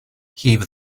heave